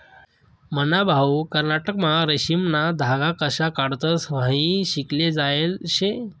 मन्हा भाऊ कर्नाटकमा रेशीमना धागा कशा काढतंस हायी शिकाले जायेल शे